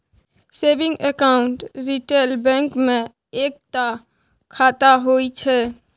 saving account retail bank मे एकता खाता होइ छै